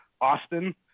Austin